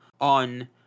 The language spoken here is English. on